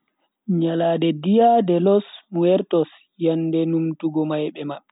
Nyalande dia de los muertos, yende numtugo maibe mabbe.